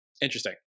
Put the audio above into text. Interesting